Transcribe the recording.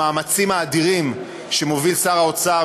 במאמצים האדירים שמוביל שר האוצר,